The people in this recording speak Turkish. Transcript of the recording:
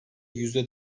yüzde